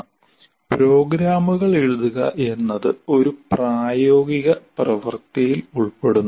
"പ്രോഗ്രാമുകൾ എഴുതുക" എന്നത് ഒരു പ്രായോഗിക പ്രവർത്തിയിൽ ഉൾപ്പെടുന്നു